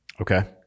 okay